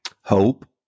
hope